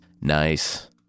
Nice